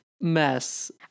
Mess